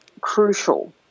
crucial